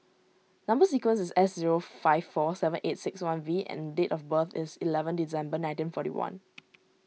Number Sequence is S zero five four seven eight six one V and date of birth is eleven December nineteen forty one